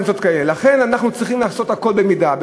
לכן אנחנו צריכים לעשות הכול במידה.